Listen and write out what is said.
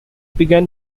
began